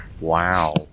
Wow